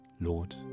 Lord